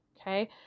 okay